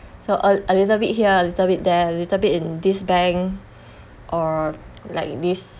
so a lit~a little bit here a little bit there a little bit in this bank or like this